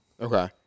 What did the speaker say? Okay